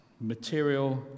Material